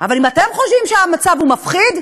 אבל אם אתם חושבים שהמצב מפחיד,